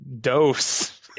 dose